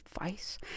advice